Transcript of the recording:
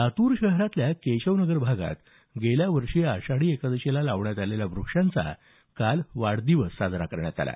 लातूर शहरातल्या केशवनगर भागात गेल्या वर्षी आषाढी एकादशीला लावण्यात आलेल्या वृक्षांचा वाढदिवस काल साजरा करण्यात आला